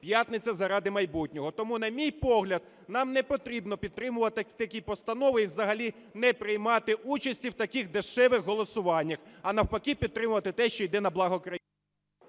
п'ятниця заради майбутнього. Тому, на мій погляд, нам не потрібно підтримувати такі постанови і взагалі не приймати участі в таких дешевих голосуваннях. А навпаки підтримувати те, що йде на благо…